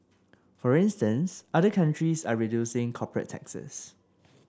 for instance other countries are reducing corporate taxes